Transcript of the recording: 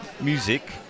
music